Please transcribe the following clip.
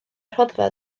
rhodfa